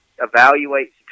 evaluate